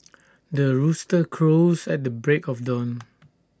the rooster crows at the break of dawn